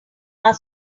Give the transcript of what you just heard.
are